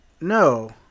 No